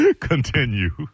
Continue